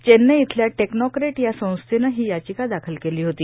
चेन्नई इथल्या टेक्नाक्रेट या संस्थेनं ही याचिका दाखल केली होती